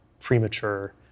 premature